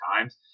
times